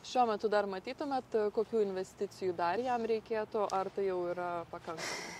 šiuo metu dar matytumėt kokių investicijų dar jam reikėtų ar tai jau yra pakankama